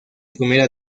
primera